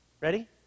Ready